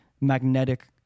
magnetic